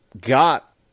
got